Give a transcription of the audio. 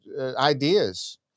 ideas